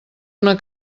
una